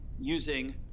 using